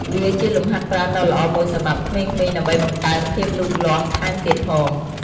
វាជាលំហាត់ប្រាណដ៏ល្អមួយសម្រាប់ក្មេងៗ ដើម្បីបង្កើនភាពលូតលាស់ថែមទៀតផង។